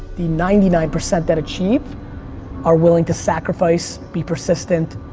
the ninety nine percent that achieve are willing to sacrifice, be persistent,